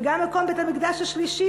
וגם מקום בית-המקדש השלישי,